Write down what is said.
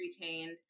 retained